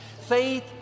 faith